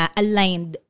aligned